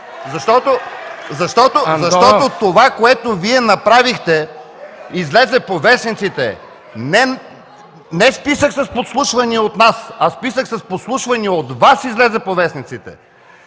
Защото това, което Вие направихте, излезе по вестниците – не списък с подслушвания от нас, а списък с подслушвания от Вас. Понеже говорите